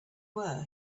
were